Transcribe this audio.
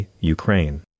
Ukraine